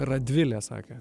radvilė sakė